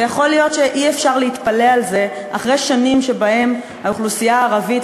ויכול להיות שאי-אפשר להתפלא על זה אחרי שנים שבהן האוכלוסייה הערבית,